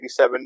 1987